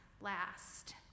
last